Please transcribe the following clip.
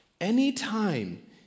Anytime